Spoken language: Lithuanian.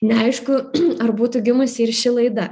neaišku ar būtų gimusi ir ši laida